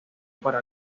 para